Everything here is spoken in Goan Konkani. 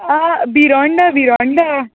बिरोंडा बिरोंडा